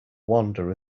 wander